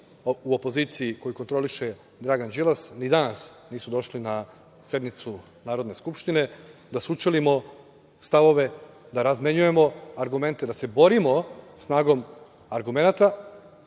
u opoziciji koju kontroliše Dragan Đilas, ni danas nisu došli na sednicu Narodne skupštine da sučelimo stavove, da razmenjujemo argumente, da se borimo snagom argumenata.